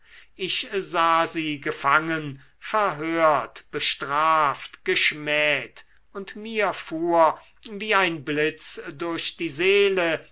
ich sah sie gefangen verhört bestraft geschmäht und mir fuhr wie ein blitz durch die seele